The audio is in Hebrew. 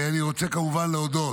אני רוצה, כמובן, להודות